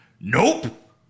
nope